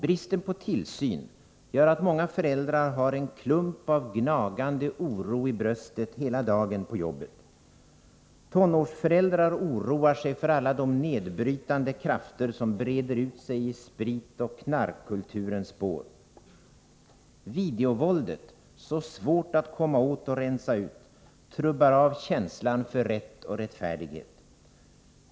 Bristen på tillsyn gör att många föräldrar har en klump av gnagande oro i bröstet hela dagen på jobbet. Tonårsföräldrar oroar sig för alla de nedbrytande krafter som breder ut sig i spritoch knarkkulturens spår. Videovåldet — så svårt att komma åt och rensa ut — trubbar av känslan för rätt och rättfärdighet.